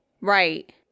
Right